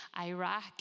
Iraq